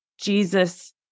Jesus